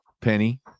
penny